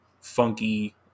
funky